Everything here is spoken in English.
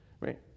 right